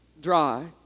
dry